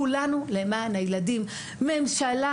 ממשלה,